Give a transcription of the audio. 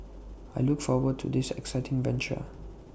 I look forward to this exciting venture